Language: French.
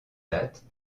date